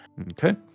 Okay